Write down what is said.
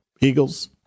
Eagles